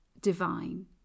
divine